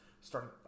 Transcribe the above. Starting